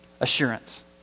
Assurance